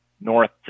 north